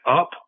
up